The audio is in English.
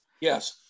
Yes